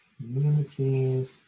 communities